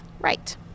Right